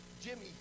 Jimmy